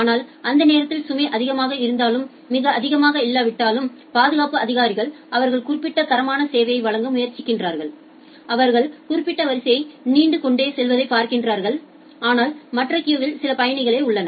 ஆனால் அந்த நேரத்தில் சுமை அதிகமாக இருந்தாலும் மிக அதிகமாக இல்லாவிட்டாலும் பாதுகாப்பு அதிகாரிகள் அவர்கள் குறிப்பிட்ட தரமான சேவையை வழங்க முயற்சிக்கிறார்கள் அவர்கள் குறிப்பிட்ட வரிசை நீண்டு கொண்டே செல்வதை பார்க்கிறார்கள் ஆனால் மற்ற கியூவில் சில பயணிகளே உள்ளனர்